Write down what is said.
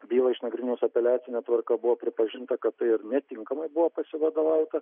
bylą išnagrinėjus apeliacine tvarka buvo pripažinta kad tai ir netinkamai buvo pasivadovauta